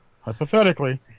hypothetically